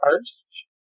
first